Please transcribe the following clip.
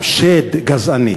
שגם הוא שד גזעני.